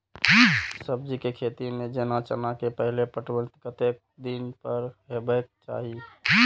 सब्जी के खेती में जेना चना के पहिले पटवन कतेक दिन पर हेबाक चाही?